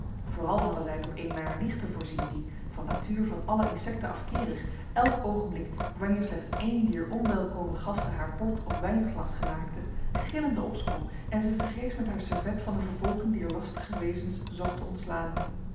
vooral hadden zij het op een mijner nichten voorzien die van natuur van alle insecten afkeerig elk oogenblik wanneer slechts eene dier onwelkome gasten haar bord of wijnglas genaakte gillende opsprong en zich vergeefs met haar servet van de vervolging dier lastige wezens zocht te ontslaan